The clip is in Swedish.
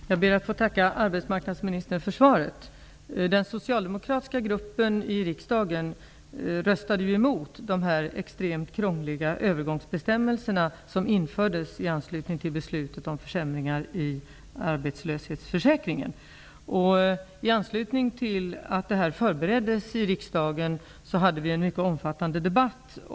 Herr talman! Jag ber att få tacka arbetsmarknadsministern för svaret. Den socialdemokratiska gruppen i riksdagen röstade ju emot de extremt krångliga övergångsbestämmelser som infördes i anslutning till beslutet om försämringar i arbetslöshetsförsäkringen. I anslutning till att beslutet förbereddes i riksdagen hade vi en mycket omfattande debatt.